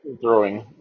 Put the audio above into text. throwing